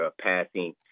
passing